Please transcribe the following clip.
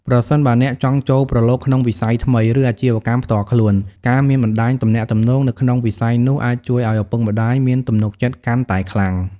ប្រសិនបើអ្នកចង់ចូលប្រឡូកក្នុងវិស័យថ្មី ឬអាជីវកម្មផ្ទាល់ខ្លួន ការមានបណ្ដាញទំនាក់ទំនង នៅក្នុងវិស័យនោះអាចជួយឲ្យឪពុកម្ដាយមានទំនុកចិត្តកាន់តែខ្លាំង។